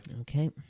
Okay